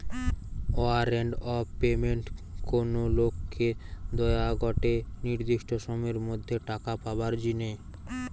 warrant of payment কোনো লোককে দোয়া গটে নির্দিষ্ট সময়ের মধ্যে টাকা পাবার জিনে